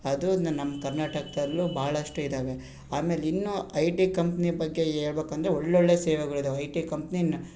ಅದನ್ನ ನಮ್ಮ ಕರ್ನಾಟಕದಲ್ಲೂ ಭಾಳಷ್ಟು ಇದ್ದಾವೆ ಆಮೇಲೆ ಇನ್ನೂ ಐ ಟಿ ಕಂಪ್ನಿ ಬಗ್ಗೆ ಹೇಳ್ಬಕಂದ್ರೆ ಒಳ್ಳೊಳ್ಳೆಯ ಸೇವೆಗಳಿದ್ದಾವೆ ಐ ಟಿ ಕಂಪ್ನಿನ